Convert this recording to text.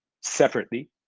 separately